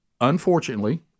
unfortunately